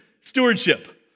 stewardship